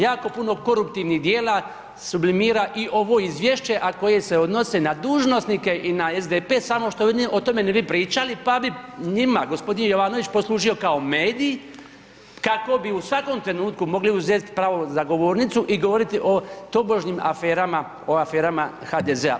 Jako puno koruptivnih dijela sublimira i ovo izvješće a koje se odnosi na dužnosnike i na SDP samo što vi o tome ne bi pričali, pa bi njima gospodin Jovanović posložio kao medij kako bi u svakom trenutku mogli uzeti pravo na govornicu i govoriti o tobožnjim aferama, o aferama HDZ-a.